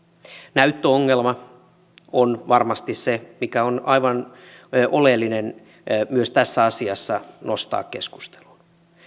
näyttöongelma on varmasti se mikä on aivan oleellista myös tässä asiassa nostaa keskusteluun